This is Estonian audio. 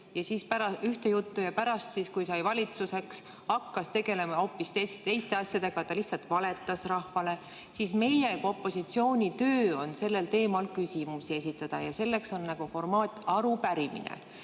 valimisi rääkis ühte juttu aga pärast, kui sai valitsuseks, hakkas tegelema hoopis teiste asjadega, ta lihtsalt valetas rahvale, on meie kui opositsiooni töö sellel teemal küsimusi esitada ja selleks on formaat "Arupärimine".